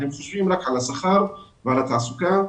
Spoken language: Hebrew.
הקושי הוא רב מאוד משום שהמחשבה שלהם היא כל הזמן על השכר ועל התעסוקה.